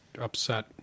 upset